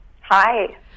Hi